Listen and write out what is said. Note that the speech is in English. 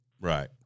right